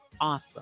awesome